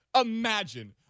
Imagine